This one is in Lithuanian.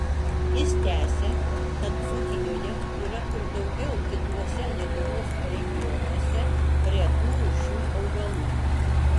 jis tęsia kad dzūkijoje yra ir daugiau kituose lietuvos regionuose retų rūšių augalų